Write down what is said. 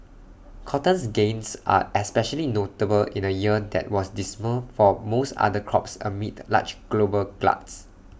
cotton's gains are especially notable in A year that was dismal for most other crops amid large global gluts